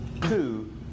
Two